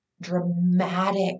dramatic